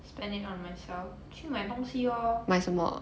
spend it on myself 去买东西 loh